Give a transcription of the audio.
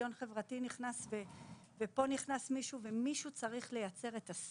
לשוויון חברתי נכנס עכשיו לתחום ומכל מקום נכנס מישהו.